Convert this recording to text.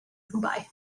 hubei